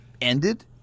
ended